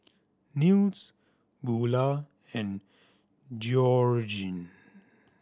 Nils Beula and Georgene